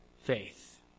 faith